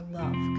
love